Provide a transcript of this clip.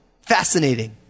Fascinating